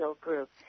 group